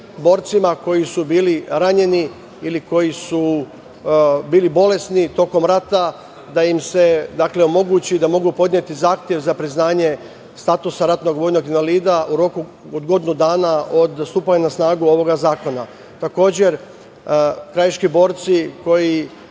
borcima koji su bili ranjeni ili koji su bili bolesni tokom rata da im se omogući da mogu podneti zahtev za priznanje statusa ratnog vojnog invalida u roku od godinu dana od stupanja na snagu ovog zakona. Krajiški borci koji